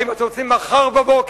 האם אתם רוצים מחר בבוקר